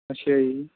ਅੱਛਾ ਜੀ